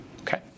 Okay